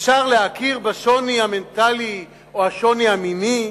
אפשר להכיר בשוני המנטלי או בשוני המיני,